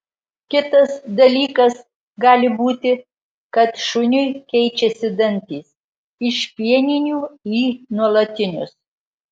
kitas dalykas gali būti kad šuniui keičiasi dantys iš pieninių į nuolatinius